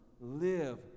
live